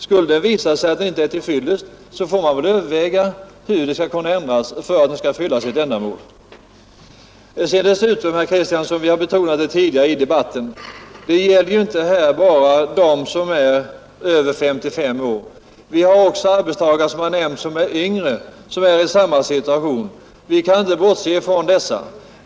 Skulle det visa sig att den inte är till fyllest får vi väl överväga hur den kan ändras för att fylla sitt ändamål. Dessutom gäller det här inte bara dem som är över 5§S år, herr Kristiansson. Det har tidigare betonats i debatten. Vi har också yngre arbetstagare som är i samma situation. Och vi kan inte bortse från dem.